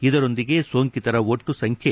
ಇದರೊಂದಿಗೆ ಸೋಂಕಿತರ ಒಟ್ಟು ಸಂಖ್ಯೆ